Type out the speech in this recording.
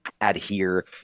adhere